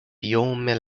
biome